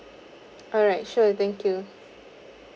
alright sure thank you